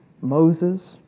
Moses